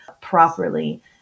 properly